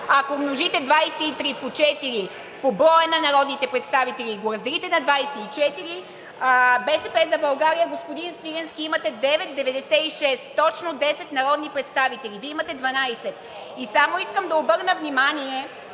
ако умножите 23 по четири, по броя на народните представители и го разделите на 24, „БСП за България“, господин Свиленски, имате 9,96 – точно 10 народни представители, Вие имате 12. И само искам да обърна внимание,